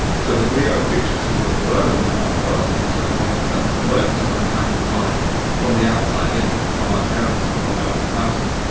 so that we are creatures who have grown in our development and and in a sense, learnt our kind of mind from the outside in, from our parents and from our societies.